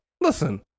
listen